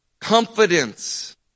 Confidence